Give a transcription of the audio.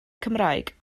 cymraeg